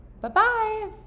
Bye-bye